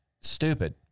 stupid